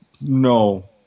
no